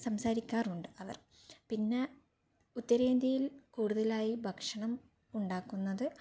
സംസാരിക്കാറുണ്ട് അവർ പിന്ന ഉത്തരേന്ത്യയിൽ കൂടുതലായി ഭക്ഷണം ഉണ്ടാക്കുന്നത്